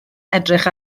edrych